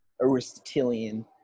aristotelian